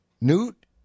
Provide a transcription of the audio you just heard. Newt